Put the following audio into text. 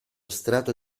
strato